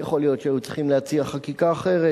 יכול להיות שהיו צריכים להציע חקיקה אחרת,